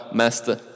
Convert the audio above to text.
master